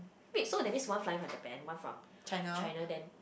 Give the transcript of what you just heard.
wait so that means one flying from Japan one from China then